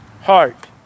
heart